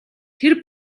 тэр